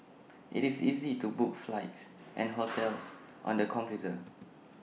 IT is easy to book flights and hotels on the computer